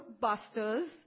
busters